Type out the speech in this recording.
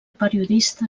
periodista